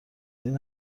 این